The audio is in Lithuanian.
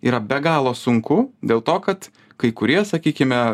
yra be galo sunku dėl to kad kai kurie sakykime